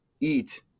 eat